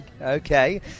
Okay